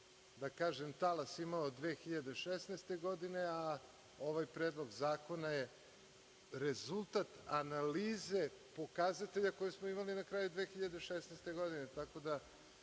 je svoj talas imalo 2016. godine, a ovaj predlog zakona je rezultat analize pokazatelja koje smo imali na kraju 2016. godine. Uz